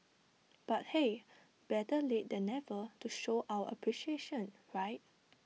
but hey better late than never to show our appreciation right